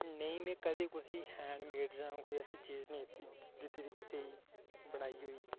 नेईं में कदे कुसै ई हैंड मेड जां कोई ऐसी चीज निं दित्ती